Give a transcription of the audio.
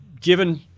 given